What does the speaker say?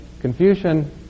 Confucian